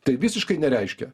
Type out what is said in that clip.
tai visiškai nereiškia